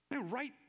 Right